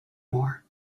more